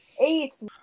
Ace